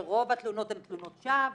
שרוב התלונות הן תלונות שווא,